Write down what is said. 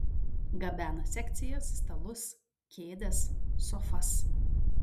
gabena sekcijas stalus kėdes sofas